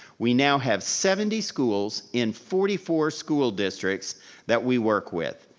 we now have seventy schools in forty four school districts that we work with.